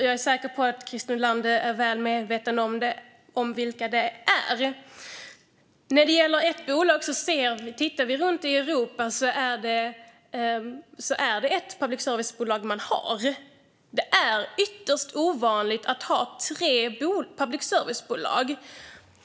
Jag är säker på att Christer Nylander är medveten om vilka det är. När det gäller att det ska vara ett bolag kan vi se att det i Europa är ett public service-bolag som man har. Det är ytterst ovanligt att ha tre public service-bolag.